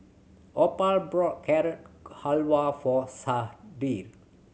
Opal bought Carrot Halwa for Sharde